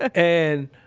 and,